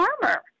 farmer